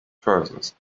furthest